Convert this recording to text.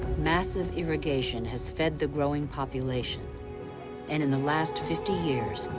massive irrigation has fed the growing population and in the last fifty years,